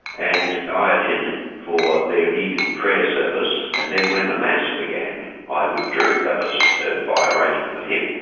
and i attended for their evening prayer service. and then when the mass began, i withdrew. that was by arrangement with him.